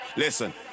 Listen